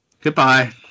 Goodbye